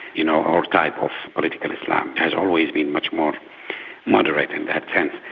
you know, our type of political islam has always been much more moderate in that